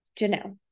Janelle